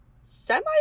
semi